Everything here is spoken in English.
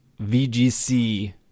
vgc